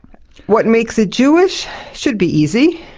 what makes it jewish should be easy,